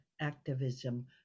activism